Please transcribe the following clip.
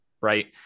right